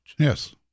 Yes